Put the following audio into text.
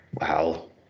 wow